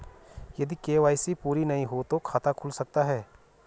यदि के.वाई.सी पूरी ना हो तो खाता खुल सकता है?